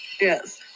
Yes